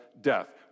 death